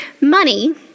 Money